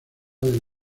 del